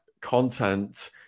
content